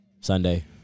Sunday